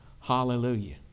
Hallelujah